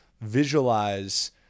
visualize